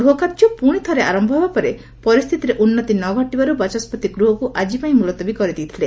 ଗୃହ କାର୍ଯ୍ୟ ପୁଣିଥରେ ଆରୟ ହେବା ପରେ ପରିସ୍ଥିତିରେ ଉନ୍ତି ନଘଟିବାରୁ ବାଚସ୍କତି ଗୃହକୁ ଆଜି ପାଇଁ ମୁଲତବି କରି ଦେଇଥିଲେ